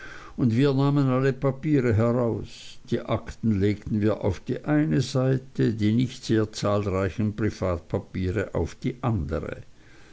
und wir nahmen alle papiere heraus die akten legten wir auf die eine seite die nicht sehr zahlreichen privatpapiere auf die andere